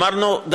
אמרנו,